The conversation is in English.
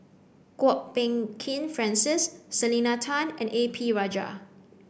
Kwok Peng Kin Francis Selena Tan and A P Rajah